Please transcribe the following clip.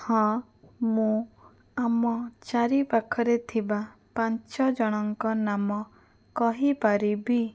ହଁ ମୁଁ ଆମ ଚାରିପାଖରେ ଥିବା ପାଞ୍ଚଜଣଙ୍କ ନାମ କହିପାରିବି